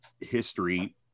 history